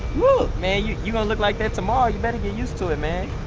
man, you you gonna look like that tomorrow. you better get use to it man.